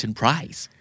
prize